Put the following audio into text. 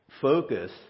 focus